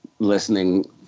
Listening